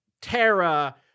Terra